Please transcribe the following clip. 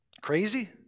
crazy